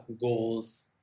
goals